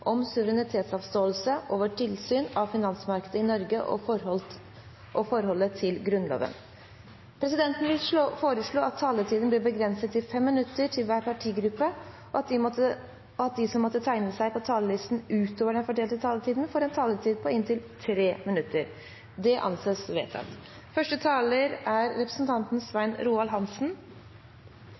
om ordet til sak nr. 7. Presidenten vil foreslå at taletiden blir begrenset til 5 minutter til hver partigruppe, og at de som måtte tegne seg på talerlisten utover den fordelte taletid, får en taletid på inntil 3 minutter. – Det anses vedtatt. Forslagsstillerne ønsker at det innhentes «en uavhengig juridisk betenkning om Norges tilknytning til EUs finanstilsyn og forholdet til Grunnlovens bestemmelser knyttet til suverenitetsoverføring». Dette spørsmålet er